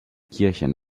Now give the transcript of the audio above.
kirchen